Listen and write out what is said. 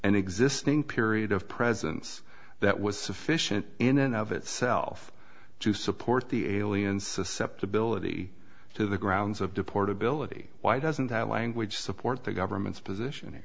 an existing period of presence that was sufficient in and of itself to support the alien susceptibility to the grounds of deport ability why doesn't that language support the government's position